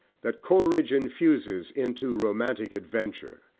that coleridge infuses into romantic adventure,